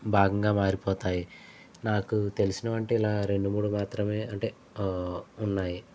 భాగంగా మారిపోతాయి నాకు తెలిసినవి అంటే ఇలా రెండు మూడు మాత్రమే అంటే ఉన్నాయి